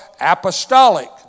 apostolic